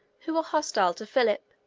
who were hostile to philip,